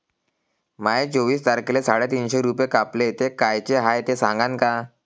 माये चोवीस तारखेले साडेतीनशे रूपे कापले, ते कायचे हाय ते सांगान का?